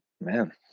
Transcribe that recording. Man